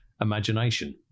imagination